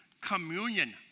communion